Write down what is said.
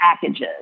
packages